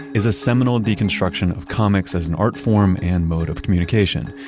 is a seminal deconstruction of comics as an art form and mode of communication.